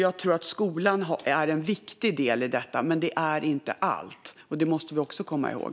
Jag tror att skolan är en viktig del i detta, men den är inte allt. Det måste vi också komma ihåg.